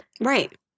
Right